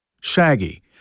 Shaggy